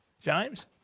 James